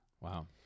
wow